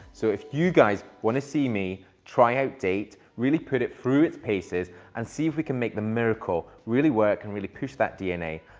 so if you guys want to see me try out date, really put it through its paces and see if we can make the miracle really work and really push that dna.